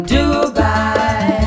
Dubai